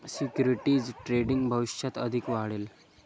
securities trading भविष्यात अधिक वाढेल